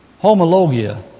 Homologia